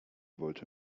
wollte